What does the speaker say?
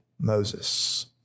Moses